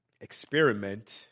experiment